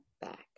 back